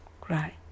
cry